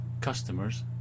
customers